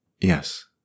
Yes